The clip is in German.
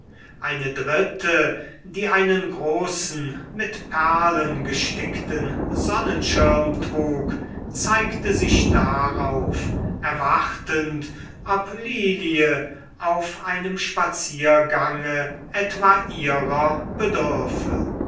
eine dritte die einen großen mit perlen gestickten sonnenschirm trug zeigte sich darauf erwartend ob lilie auf einem spaziergange etwa ihrer